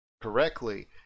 correctly